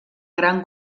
gran